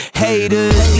haters